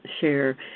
share